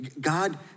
God